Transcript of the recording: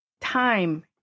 time